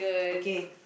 okay